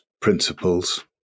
principles